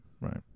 right